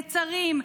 נצרים,